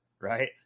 right